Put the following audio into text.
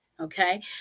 okay